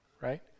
right